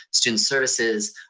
student services,